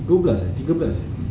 dua belas eh tiga belas